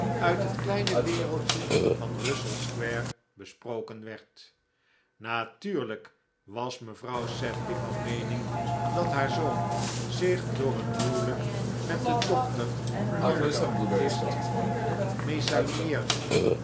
uit het kleine wereldje van russell square besproken werd natuurlijk was mevrouw sedley van meening dat haar zoon zich door een huwelijk met de dochter van een artist